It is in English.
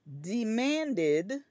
demanded